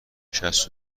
شصت